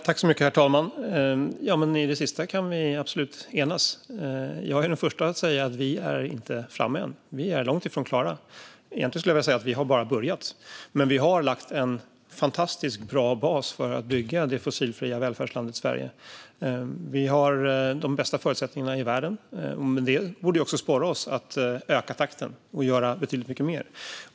Herr talman! I det sista kan vi absolut enas. Jag är den första att säga att vi inte är framme än, utan vi är långt ifrån klara. Egentligen skulle jag vilja säga att vi bara har börjat. Men vi har lagt en fantastiskt bra bas för att bygga det fossilfria välfärdslandet Sverige. Vi har de bästa förutsättningarna i världen, och det borde också sporra oss att öka takten och göra betydligt mycket mer.